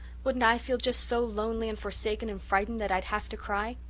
wouldn't i feel just so lonely and forsaken and frightened that i'd have to cry?